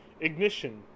ignition